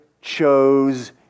chose